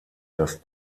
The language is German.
das